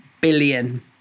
billion